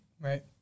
Right